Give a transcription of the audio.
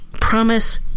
promise